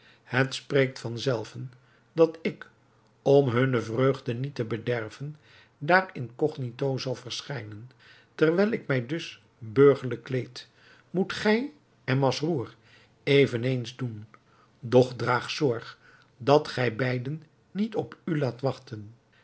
het spreekt van zelven dat ik om hunne vreugde niet te bederven daar incognito zal verschijnen terwijl ik mij dus burgerlijk kleed moet gij en masrour eveneens doen doch draag zorg dat gij beiden niet op u laat wachten